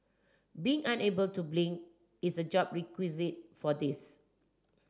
being unable to blink is a job requisite for this